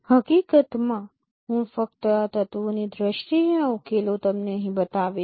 હકીકત માં હું ફક્ત આ તત્વોની દ્રષ્ટિએ આ ઉકેલો તમને અહીં બતાવીશ